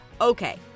Okay